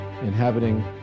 inhabiting